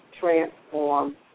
transform